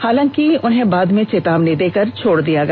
हांलाकि उन्हें बाद में चेतावनी देकर छोड़ दिया गया